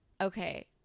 okay